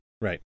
right